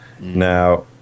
Now